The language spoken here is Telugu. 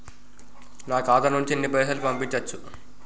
నా ఖాతా నుంచి ఎన్ని పైసలు పంపించచ్చు?